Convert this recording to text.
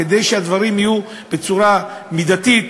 כדי שהדברים יהיו בצורה מידתית,